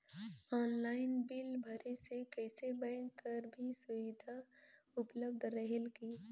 Online bill भरे से कइसे बैंक कर भी सुविधा उपलब्ध रेहेल की?